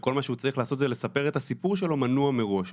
שכל מה שהוא צריך לעשות זה לספר את הסיפור שלו מנוע מראש.